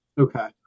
okay